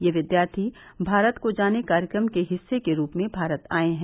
ये विद्यार्थी भारत को जाने कार्यक्रम के हिस्से के रूप में भारत आए हैं